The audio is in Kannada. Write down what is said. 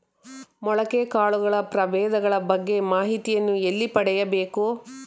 ಮೊಳಕೆ ಕಾಳುಗಳ ಪ್ರಭೇದಗಳ ಬಗ್ಗೆ ಮಾಹಿತಿಯನ್ನು ಎಲ್ಲಿ ಪಡೆಯಬೇಕು?